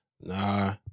Nah